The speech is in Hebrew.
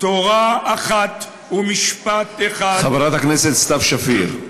"תורה אחת ומשפט אחד " חברת הכנסת סתיו שפיר,